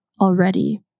already